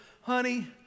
honey